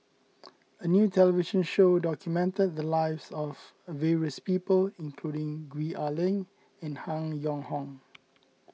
a new television show documented the lives of various people including Gwee Ah Leng and Han Yong Hong